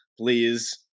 please